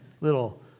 Little